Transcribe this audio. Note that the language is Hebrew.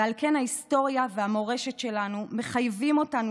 ועל כן ההיסטוריה והמורשת שלנו מחייבים אותנו